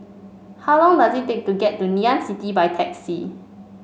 how long does it take to get to Ngee Ann City by taxi